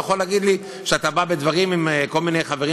יכול להגיד לי שאתה בא בדברים עם כל מיני חברים,